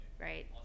right